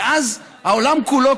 ואז העולם כולו,